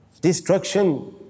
destruction